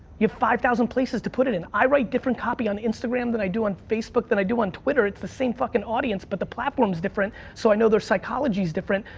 you have five thousand places to put it in. i write different copy on instagram than i do on facebook than i do on twitter. it's the same fucking audience, but the platform's different, so i know their psychology's different.